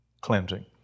cleansing